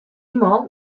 man